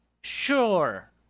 sure